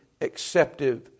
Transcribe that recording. acceptive